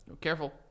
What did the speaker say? Careful